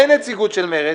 אין כאן נציגות מרצ,